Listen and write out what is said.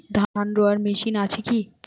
ধান রোয়ার মেশিন আছে কি?